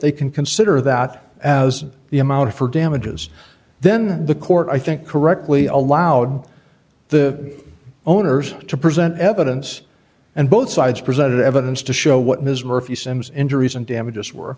they can consider that as the amount for damages then the court i think correctly allowed the owners to present evidence and both sides presented evidence to show what ms murphy sims injuries and damages were